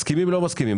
מסכימים או לא מסכימים,